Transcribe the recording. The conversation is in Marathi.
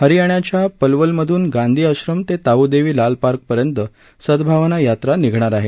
हरियाणाच्या पलवलमधून गांधी आश्रम ते ताऊ देवी लाल पार्क पर्यंत सद्भावना यात्रा निघणार आहे